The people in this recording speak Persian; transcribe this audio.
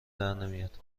درنمیاد